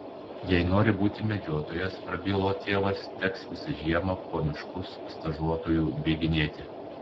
jei nori būti medžiotojas prabilo tėvas teks visą žiemą po miškus stažuotoju bėginėti